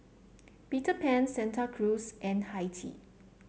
Peter Pan Santa Cruz and Hi Tea